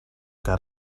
got